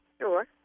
Sure